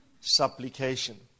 supplication